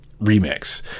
remix